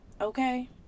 Okay